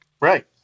Right